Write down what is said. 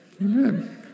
Amen